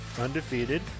undefeated